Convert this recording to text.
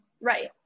Right